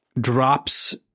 drops